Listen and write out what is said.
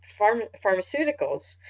pharmaceuticals